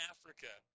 Africa